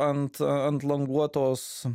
ant ant languotos